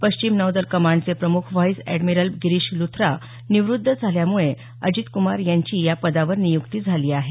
पश्चिम नौदल कमांडचे प्रमुख व्हाईस अॅडमिरल गिरीश ल्थ्रा निवृत्त झाल्यामुळे अजित कुमार यांची या पदावर नियुक्ती झाली आहे